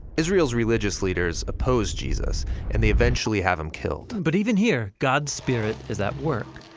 israel's religious leaders oppose jesus and they eventually have him killed. but even here, god's spirit is at work.